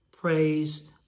praise